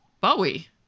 Bowie